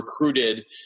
recruited